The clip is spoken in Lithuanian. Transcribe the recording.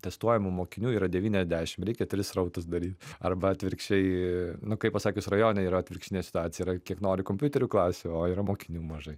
testuojamų mokinių yra devyniasdešim reikia tris srautus daryt arba atvirkščiai nu kaip pasakius rajone yra atvirkštinė situacija yra kiek nori kompiuterių klasių o yra mokinių mažai